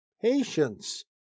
Patience